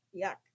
yuck